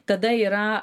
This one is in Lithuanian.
tada yra